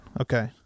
Okay